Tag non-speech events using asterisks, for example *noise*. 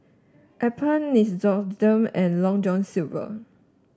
Alpen Nixoderm *unintelligible* and Long John Silver